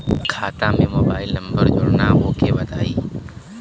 खाता में mobile number जोड़ना ओके बताई?